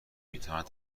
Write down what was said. میتواند